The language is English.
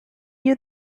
you